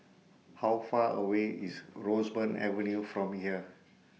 How Far away IS Roseburn Avenue from here